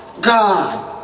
God